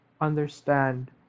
understand